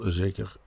zeker